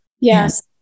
Yes